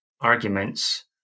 arguments